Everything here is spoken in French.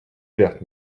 ouverte